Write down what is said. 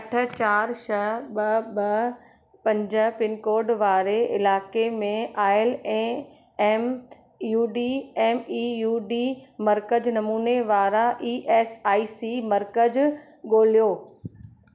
अठ चारि छह ॿ ॿ पंज पिनकोड वारे इलाइक़े में आयल ऐं M E U D M E U D मर्कज़ नमूने वारा ई एस आई सी मर्कज़ ॻोल्हियो